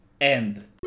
end